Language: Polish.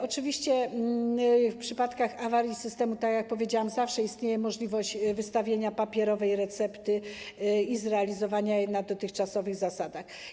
Oczywiście, w przypadkach awarii systemu, tak jak powiedziałam, istnieje możliwość wystawienia papierowej recepty i zrealizowania jej na dotychczasowych zasadach.